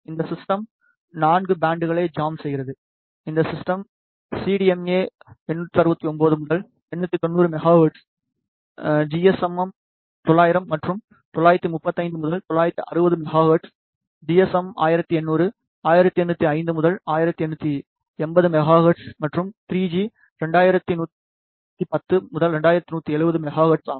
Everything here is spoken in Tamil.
இந்த சிஸ்டம் 4 பேண்ட்களை ஜாம் செய்கிறது இந்த சிஸ்டம் சிடிஎம்ஏ 869 முதல் 890 மெகா ஹெர்ட்ஸ் ஜிஎஸ்எம் 900 வரை 935 முதல் 960 மெகா ஹெர்ட்ஸ் ஜிஎஸ்எம் 1800 1805 முதல் 1880 மெகா ஹெர்ட்ஸ் மற்றும் 3 ஜி 2110 முதல் 2170 மெகா ஹெர்ட்ஸ் ஆகும்